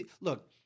Look